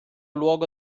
luogo